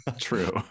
true